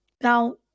Now